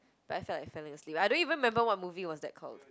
but I felt like felling asleep I don't even remember what movie was that called